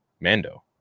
Mando